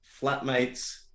flatmates